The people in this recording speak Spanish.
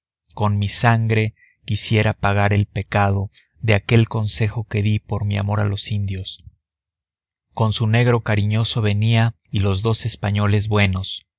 con mi sangre quisiera pagar el pecado de aquel consejo que di por mi amor a los indios con su negro cariñoso venía y los dos españoles buenos